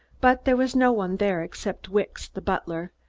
but there was no one there except wicks, the butler,